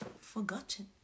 forgotten